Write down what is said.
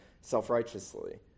self-righteously